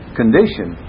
condition